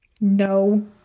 No